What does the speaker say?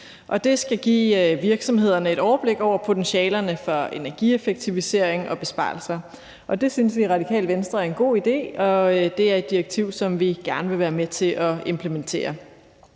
Det skal give virksomhederne et overblik over potentialerne for energieffektivisering og besparelser, og det synes vi i Radikale Venstre er en god idé, og det er et direktiv, som vi gerne vil være med til at implementere.